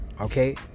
okay